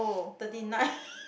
thirty nine